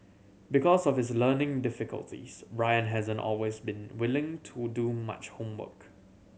because of his learning difficulties Ryan hasn't always been willing to do much homework